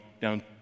down